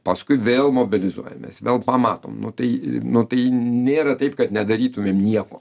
paskui vėl mobilizuojamės vėl pamatom nu tai nu tai nėra taip kad nedarytumėm nieko